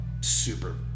super